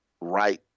right